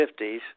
1950s